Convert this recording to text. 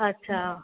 अच्छा